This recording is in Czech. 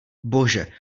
bože